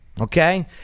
Okay